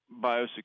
Biosecurity